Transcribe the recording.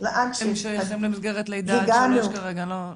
הם שייכים למסגרת לידה על שלוש כרגע.